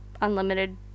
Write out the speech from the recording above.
unlimited